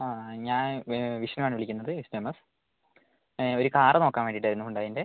ആ ഞാന് വിഷ്ണുവാണ് വിളിക്കുന്നത് കസ്റ്റമർ ഒരു കാര് നോക്കാന് വേണ്ടിയിട്ടായിരുന്നു ഹ്യുണ്ടായീൻ്റെ